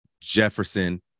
Jefferson